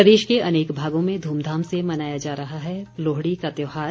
प्रदेश के अनेक भागों में धूमधाम से मनाया जा रहा है लोहड़ी का त्योहार